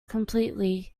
completely